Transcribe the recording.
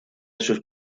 sus